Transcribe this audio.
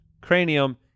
Cranium